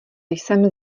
jsem